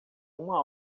uma